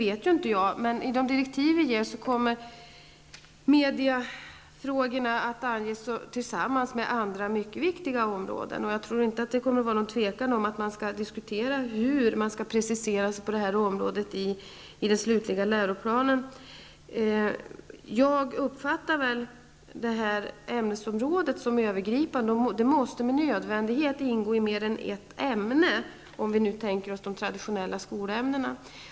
Men i de direktiv som regeringen ger kommer mediafrågorna att anges tillsammans med andra mycket viktiga områden, och jag tror inte att det kommer att råda någon tvekan om att man kommer att diskutera hur man skall precisera detta område i den slutliga läroplanen. Jag uppfattar detta ämnesområde som övergripande. Det måste med nödvändighet ingå i mer än ett ämne, om vi nu ser till de traditionella skolämnena.